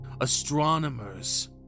astronomers